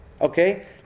Okay